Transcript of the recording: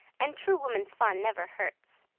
and true woman's fun never hurts.